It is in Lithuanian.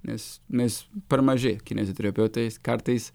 nes mes per mažai kineziterapeutais kartais